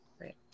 Right